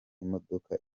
imodoka